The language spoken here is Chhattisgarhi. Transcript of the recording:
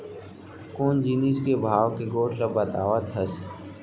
कोन जिनिस के भाव के गोठ ल बतावत हस?